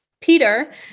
Peter